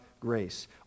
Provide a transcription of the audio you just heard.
grace